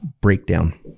Breakdown